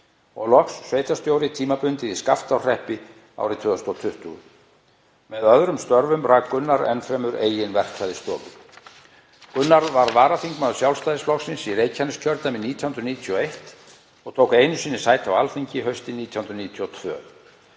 og loks sveitarstjóri tímabundið í Skaftárhreppi árið 2020. Með öðrum störfum rak Gunnar enn fremur eigin verkfræðistofu. Gunnar varð varaþingmaður Sjálfstæðisflokksins í Reykjaneskjördæmi 1991 og tók einu sinni sæti á Alþingi, haustið 1992.